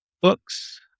books